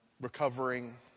recovering